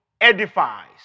edifies